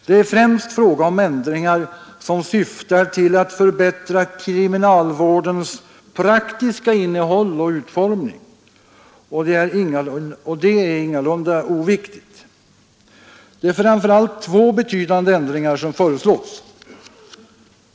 Det är främst fråga om ändringar som syftar till att förbättra 121 kriminalvårdens praktiska innehåll och utformning, och detta är ingalunda oviktigt. Det är framför allt två betydande ändringar som föreslås.